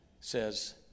says